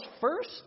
first